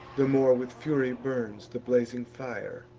the more with fury burns the blazing fire.